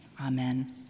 Amen